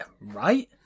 Right